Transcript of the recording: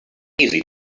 easy